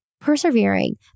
persevering